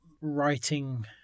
writing